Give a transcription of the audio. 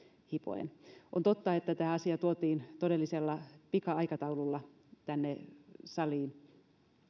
hipoen on totta että tämä asia tuotiin todellisella pika aikataululla tänne saliin